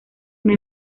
una